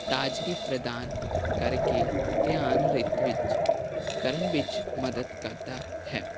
ਤਾਜ਼ਗੀ ਪ੍ਰਦਾਨ ਕਰਕੇ ਧਿਆਨ ਰਿਤ ਵਿੱਚ ਕਰਨ ਵਿੱਚ ਮਦਦ ਕਰਦਾ ਹੈ